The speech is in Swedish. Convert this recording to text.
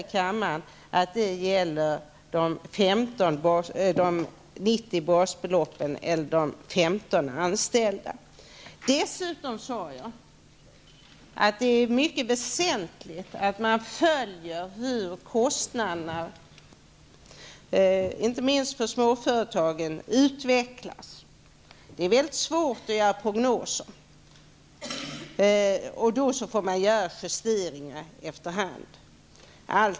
Vi förutsätter också att det gäller de 90 basbeloppen eller de 15 anställda. Jag sade dessutom att det är mycket väsentligt att man följer hur kostnaderna utvecklas inte minst för småföretagen. Det är svårt att göra prognoser. Man får göra justeringar efter hand.